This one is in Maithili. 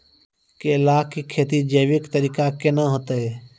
केला की खेती जैविक तरीका के ना होते?